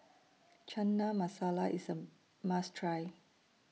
Chana Masala IS A must Try